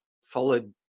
solid